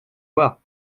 voir